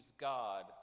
God